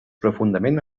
profundament